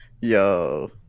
yo